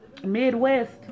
Midwest